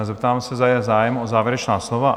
Zeptám se, zda je zájem o závěrečná slova?